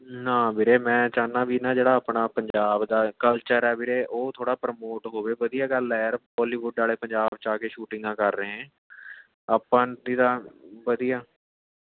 ਨਾ ਵੀਰੇ ਮੈ ਚਾਹੁੰਦਾ ਵੀ ਨਾ ਜਿਹੜਾ ਆਪਣਾ ਪੰਜਾਬ ਦਾ ਕਲਚਰ ਹੈ ਵੀਰੇ ਉਹ ਥੋੜ੍ਹਾ ਪਰੋਮੋਟ ਹੋਵੇ ਵਧੀਆ ਗੱਲ ਹੈ ਯਾਰ ਬੋਲੀਵੁੱਡ ਵਾਲੇ ਪੰਜਾਬ 'ਚ ਆ ਕੇ ਸ਼ੂਟਿੰਗਾਂ ਕਰ ਰਹੇ ਹੈ ਆਪਾਂ ਦੀ ਤਾਂ ਵਧੀਆ